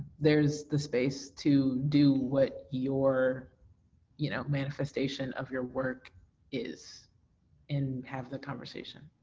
there's the space to do what your you know manifestation of your work is and have the conversation.